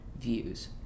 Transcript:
views